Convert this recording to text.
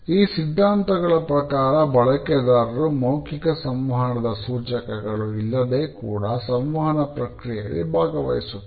ಈ ಸಿದ್ಧಾಂತಗಳ ಪ್ರಕಾರ ಬಳಕೆದಾರರು ಮೌಖಿಕ ಸಂವಹನದ ಸೂಚಕಗಳು ಇಲ್ಲದೆ ಕೂಡ ಸಂವಹನ ಪ್ರಕ್ರಿಯೆಯಲ್ಲಿ ಭಾಗವಹಿಸುತ್ತಾರೆ